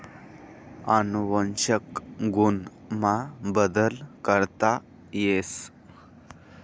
अनुवंशिक गुण मा बदल करता येस